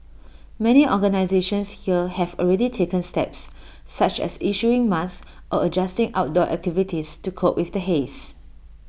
many organisations here have already taken steps such as issuing masks or adjusting outdoor activities to cope with the haze